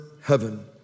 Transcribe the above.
heaven